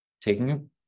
taking